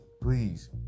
please